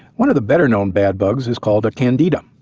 one of the better known bad bugs is called a candida,